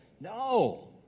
No